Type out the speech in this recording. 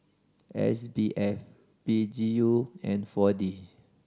S B F P G U and Four D